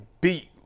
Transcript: beat